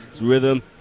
Rhythm